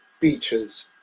Beaches